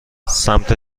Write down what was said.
سمت